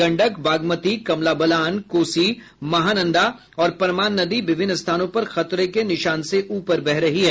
गंडक बागमती कमला बलान कोसी महानंदा और परमान नदी विभिन्न स्थानों पर खतरे के निशान से ऊपर बह रही है